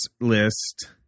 list